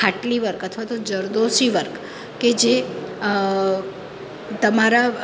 ખાટલી work અથવા તો જરદોષી વર્ક કે જે તમારા